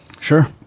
Sure